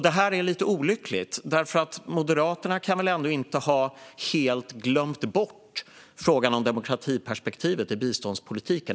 Detta är olyckligt. Moderaterna kan väl ändå inte helt ha glömt bort demokratiperspektivet i biståndspolitiken.